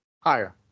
Higher